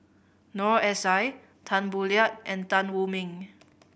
Noor S I Tan Boo Liat and Tan Wu Meng